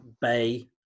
bay